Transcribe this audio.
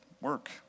work